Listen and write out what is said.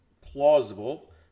plausible